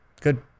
good